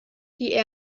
die